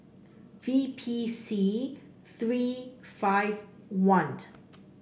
V P C three five one